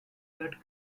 that